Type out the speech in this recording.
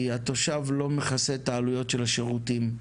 כי התושב לא מכסה את העלויות של השירותים,